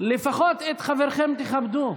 לפחות את חברכם תכבדו.